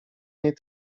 nie